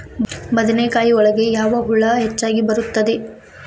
ಬದನೆಕಾಯಿ ಒಳಗೆ ಯಾವ ಹುಳ ಹೆಚ್ಚಾಗಿ ಬರುತ್ತದೆ?